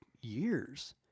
years